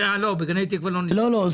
לא, בגני תקווה לא ניתקתם.